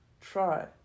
try